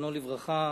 זיכרונו לברכה,